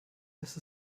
ist